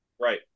Right